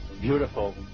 beautiful